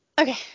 Okay